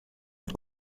une